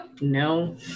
No